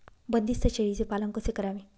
बंदिस्त शेळीचे पालन कसे करावे?